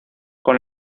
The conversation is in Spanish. con